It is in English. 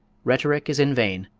rhetoric is in vain,